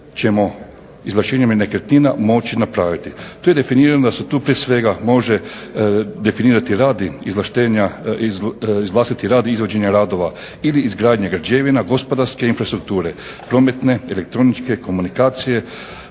izvlašćenjem nekretnina moći napraviti. Tu je definirano da se tu prije svega može definirati radi izvlaštenja vlastiti rad, izvođenje radova ili izgradnja građevina, gospodarske infrastrukture, prometne, elektroničke, komunikacije,